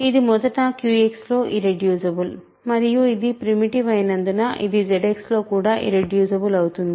ఇది మొదట QX లో ఇర్రెడ్యూసిబుల్ మరియు ఇది ప్రిమిటివ్ అయినందున ఇది ZX లో కూడా ఇర్రెడ్యూసిబుల్ అవుతుంది